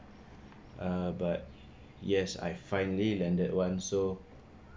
err but yes I finally landed one so